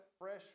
fresh